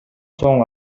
соң